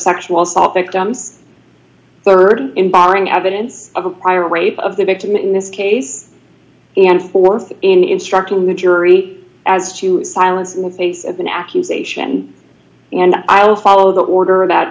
sexual assault victims rd in barring evidence of a prior rape of the victim in this case and forth in instructing the jury as to silence and face of an accusation and i'll follow the order of that